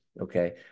okay